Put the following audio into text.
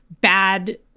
bad